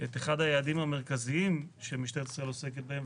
את אחד היעדים המרכזיים שמשטרת ישראל עוסקת בהם,